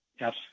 Yes